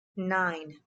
nine